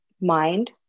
mind